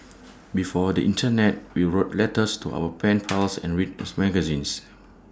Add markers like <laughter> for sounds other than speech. before the Internet we wrote letters to our pen <noise> pals and read <noise> magazines